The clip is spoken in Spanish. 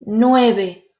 nueve